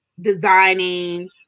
designing